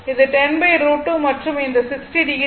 இது 10 √ 2 மற்றும் இந்த 60o